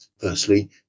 firstly